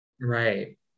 right